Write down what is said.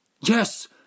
Yes